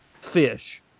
fish